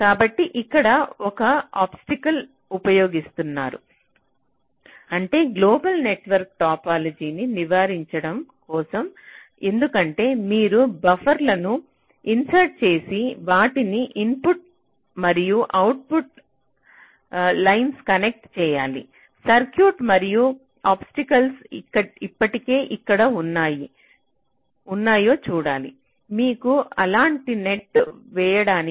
కాబట్టి ఇక్కడ ఒక అబ్స్టికల్ ఉపయోగిస్తారు అంటే గ్లోబల్ నెట్వర్క్ టోపోలాజీని నివారించడం కోసం ఎందుకంటే మీరు బఫర్లను ఇన్సర్ట్ చేసి వాటిని ఇన్పుట్ మరియు అవుట్పుట్ లైన్లకు కనెక్ట్ చేయాలి సర్క్యూట్లు మరియు అబ్స్టికల్ ఇప్పటికే ఎక్కడ ఉన్నాయో చూడాలి మీకు అలాంటి నెట్ వేయడానికి